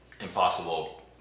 Impossible